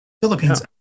Philippines